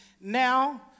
Now